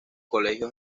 colegios